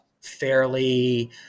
fairly